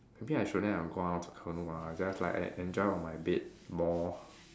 maybe I shouldn't have gone out to canoe I just like en~ enjoy on my bed a while more